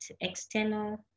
external